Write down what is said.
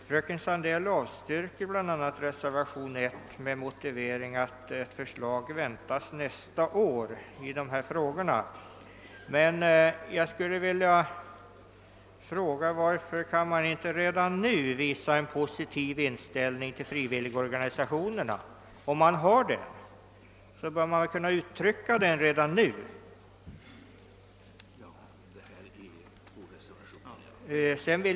Fröken Sandell avstyrker reservationen 1 bl.a. med motiveringen att förslag i dessa frågor väntas nästa år. Jag vill emellertid fråga varför man inte redan nu kan visa en positiv inställning till frivilligorganisationerna. Om man har en sådan bör man väl kunna ge uttryck för den redan nu.